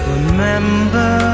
Remember